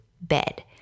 bed